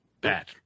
Bad